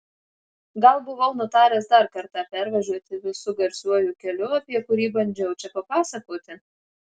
gal buvau nutaręs dar kartą pervažiuoti visu garsiuoju keliu apie kurį bandžiau čia papasakoti